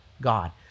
God